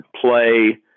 play